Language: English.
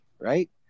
right